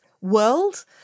world